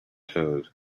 toes